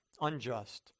unjust